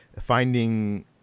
finding